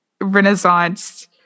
Renaissance